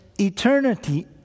eternity